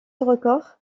records